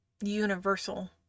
universal